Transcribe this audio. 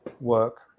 work